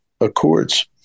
Accords